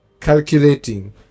calculating